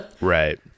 right